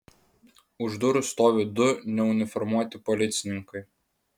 už durų stovi du neuniformuoti policininkai